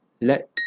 Let